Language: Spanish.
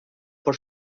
por